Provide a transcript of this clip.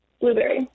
Blueberry